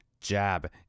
jab